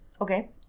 okay